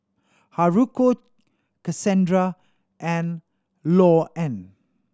Haruko Cassandra and Louann